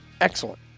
Excellent